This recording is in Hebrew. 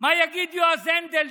מה יגיד יועז הנדל,